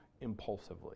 impulsively